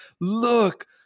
look